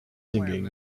singing